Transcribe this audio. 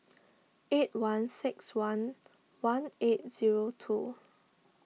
eight one six one one eight zero two